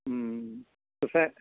अं तुसें